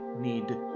need